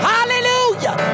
Hallelujah